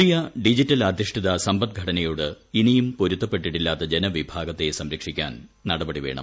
പുതിയ ഡിജിറ്റൽ അധിഷ്ഠിത സമ്പദ്ഘടനയോട് ഇനിയും പൊരുത്തപ്പെട്ടിട്ടില്ലാത്ത ജനവിഭാഗത്തെ സംരക്ഷിക്കാൻ നടപടി വേണം